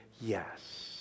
yes